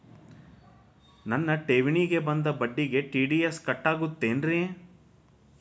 ನನ್ನ ಠೇವಣಿಗೆ ಬಂದ ಬಡ್ಡಿಗೆ ಟಿ.ಡಿ.ಎಸ್ ಕಟ್ಟಾಗುತ್ತೇನ್ರೇ?